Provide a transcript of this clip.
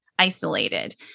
Isolated